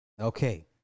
Okay